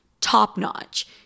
top-notch